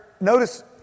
notice